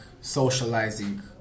socializing